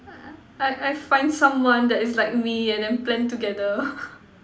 I I find someone that is like me and then plan together